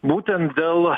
būtent dėl